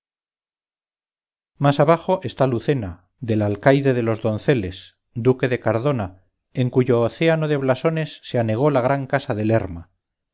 más abajo está lucena del alcaide de los donceles duque de cardona en cuyo océano de blasones se anegó la gran casa de lerma